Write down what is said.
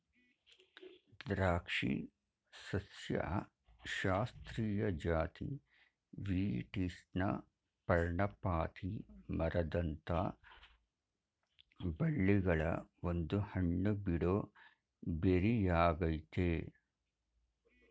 ದ್ರಾಕ್ಷಿ ಸಸ್ಯಶಾಸ್ತ್ರೀಯ ಜಾತಿ ವೀಟಿಸ್ನ ಪರ್ಣಪಾತಿ ಮರದಂಥ ಬಳ್ಳಿಗಳ ಒಂದು ಹಣ್ಣುಬಿಡೋ ಬೆರಿಯಾಗಯ್ತೆ